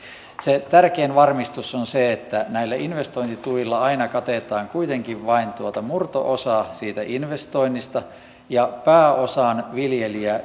se tärkein varmistus on se että näillä investointituilla aina katetaan kuitenkin vain murto osa siitä investoinnista ja pääosan viljelijä